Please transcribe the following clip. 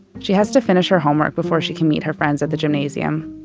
she has to finish her homework before she can meet her friends at the gymnasium.